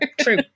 True